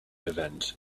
event